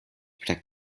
protect